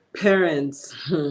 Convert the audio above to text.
parents